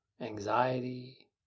anxiety